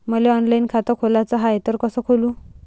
मले ऑनलाईन खातं खोलाचं हाय तर कस खोलू?